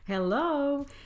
Hello